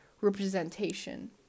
representation